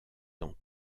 dans